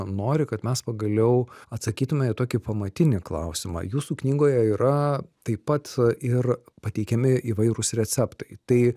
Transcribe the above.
nori kad mes pagaliau atsakytume į tokį pamatinį klausimą jūsų knygoje yra taip pat ir pateikiami įvairūs receptai tai